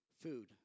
Food